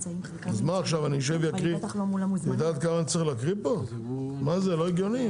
מי בעד הסתייגויות 12 עד 13, מי נגד, מי נמנע?